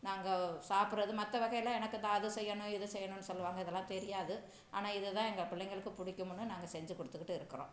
நாங்கள் சாப்பிடுறது மற்ற வகையெல்லாம் எனக்கு இந்த அது செய்யணும் இது செய்யணும் சொல்லுவாங்க இதெல்லாம் தெரியாது ஆனால் இதுதான் எங்கள் பிள்ளைங்களுக்கு பிடிக்கும்னு நாங்கள் செஞ்சு கொடுத்துகிட்டு இருக்கிறோம்